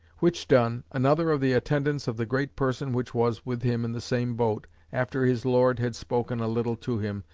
which done, another of the attendants of the great person which was with him in the same boat, after his lord had spoken a little to him,